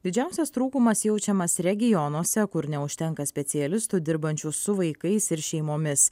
didžiausias trūkumas jaučiamas regionuose kur neužtenka specialistų dirbančių su vaikais ir šeimomis